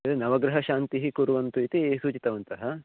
तरि नवग्रहशान्तिः कुर्वन्तु इति सूचितवन्तः